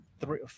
three